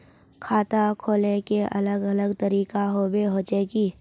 खाता खोले के अलग अलग तरीका होबे होचे की?